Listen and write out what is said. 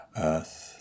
earth